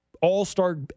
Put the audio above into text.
all-star